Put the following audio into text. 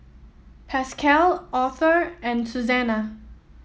Pascal Authur and Suzanna